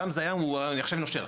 פעם זה היה נחשב נושר,